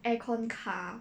aircon 卡